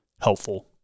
helpful